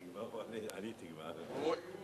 אם הוא רוצה, אני מוכר לו את המקום.